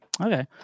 Okay